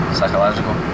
Psychological